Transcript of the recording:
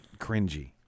Cringy